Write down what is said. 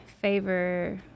favor